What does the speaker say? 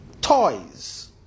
Toys